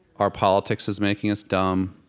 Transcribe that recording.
our politics is making us dumb.